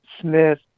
Smith